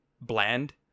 bland